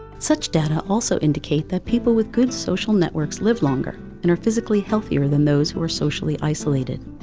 such data also indicate that people with good social networks live longer and are physically healthier than those who are socially isolated.